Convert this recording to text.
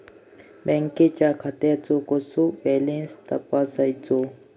बँकेच्या खात्याचो कसो बॅलन्स तपासायचो?